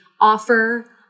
offer